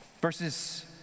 Verses